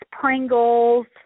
Pringles